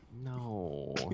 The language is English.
No